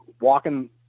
walking